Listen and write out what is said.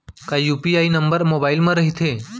का UPI number mobile म रहिथे?